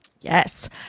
Yes